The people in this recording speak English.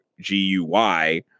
G-U-Y